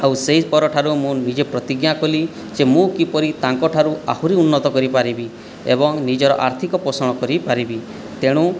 ଆଉ ସେହି ପରଠାରୁ ମୁଁ ନିଜେ ପ୍ରତିଜ୍ଞା କଲି ଯେ ମୁଁ କିପରି ତାଙ୍କ ଠାରୁ ଆହୁରି ଉନ୍ନତ କରିପାରିବି ଏବଂ ନିଜର ଆର୍ଥିକ ପୋଷଣ କରିପାରିବି ତେଣୁ